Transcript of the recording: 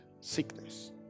sickness